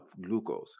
glucose